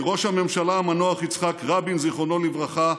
כי ראש הממשלה המנוח יצחק רבין, זיכרונו לברכה,